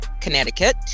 Connecticut